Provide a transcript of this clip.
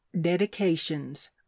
dedications